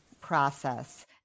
process